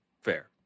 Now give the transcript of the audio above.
Fair